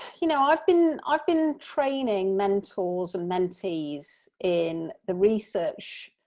you know, i've been i've been training mentors and mentees in the research,